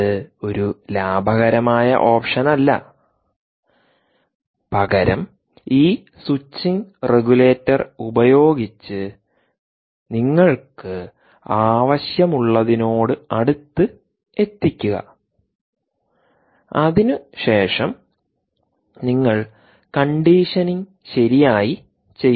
ഇത് ഒരു ലാഭകരമായ ഓപ്ഷനല്ല പകരം ഈ സ്വിച്ചിംഗ് റെഗുലേറ്റർ ഉപയോഗിച്ച് നിങ്ങൾക്ക് ആവശ്യമുള്ളതിനോട് അടുത്ത് എത്തിക്കുക അതിനുശേഷം നിങ്ങൾ കണ്ടീഷനിംഗ് ശരിയായി ചെയ്യുന്നു